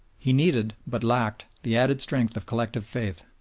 he needed, but lacked, the added strength of collective faith.